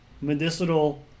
medicinal